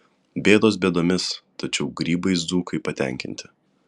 bėdos bėdomis tačiau grybais dzūkai patenkinti